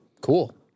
cool